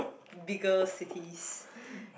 bigger cities